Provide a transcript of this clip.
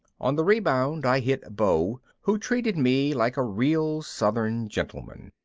on the rebound i hit beau, who treated me like a real southern gentleman.